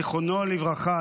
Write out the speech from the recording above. זיכרונו לברכה,